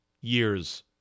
years